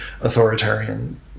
authoritarian